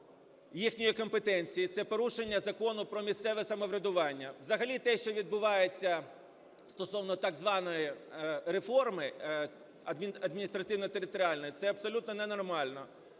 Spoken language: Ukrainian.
їхньої компетенції, це порушення Закону про місцеве самоврядування. Взагалі те, що відбувається стосовно так званої реформи адміністративно-територіальної, це абсолютно ненормально.